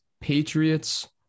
Patriots